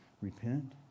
Repent